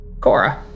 Cora